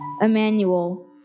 Emmanuel